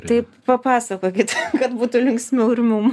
tai papasakokit kad būtų linksmiau ir mum